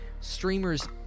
streamers